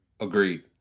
Agreed